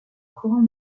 courant